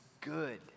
good